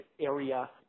area